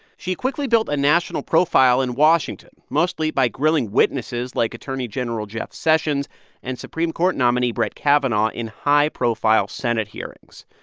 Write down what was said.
she quickly built a national profile in washington mostly by grilling witnesses like attorney general jeff sessions and supreme court nominee brett kavanaugh in high-profile senate hearings.